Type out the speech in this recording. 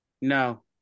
no